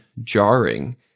jarring